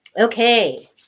Okay